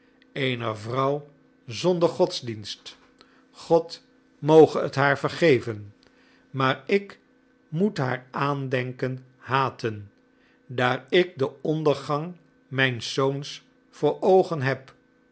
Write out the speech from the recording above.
eener vrouw zonder godsdienst god moge het haar vergeven maar ik moet haar aandenken haten daar ik den ondergang mijns zoons voor oogen heb